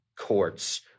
courts